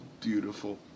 beautiful